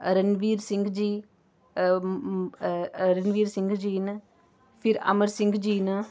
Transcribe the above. रणवीर सिंह जी रणवीर सिंह जी न फिर अमर सिंह जी न